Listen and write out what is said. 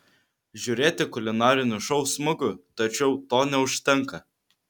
žiūrėti kulinarinius šou smagu tačiau to neužtenka